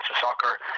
soccer